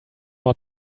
more